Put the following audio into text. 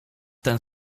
ten